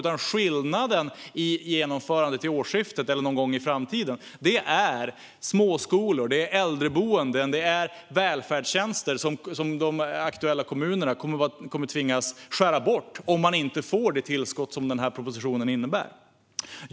Men skillnaden om detta inte införs vid årsskiftet utan någon gång i framtiden är att de aktuella kommunerna kommer att tvingas skära bort småskolor, äldreboenden och välfärdstjänster om de inte får det tillskott som propositionen innebär.